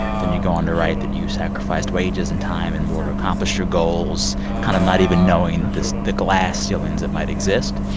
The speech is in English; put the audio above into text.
then you go on to write that you sacrificed wages, and time and more to accomplish your goals, kind of not even knowing this the glass ceilings that might exist.